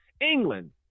England